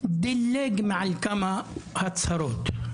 דילג מעל כמה הצהרות,